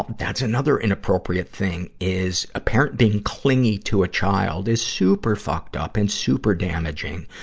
that's another inappropriate thing, is a parent being clingy to a child is super fucked-up and super damaging.